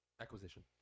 Acquisition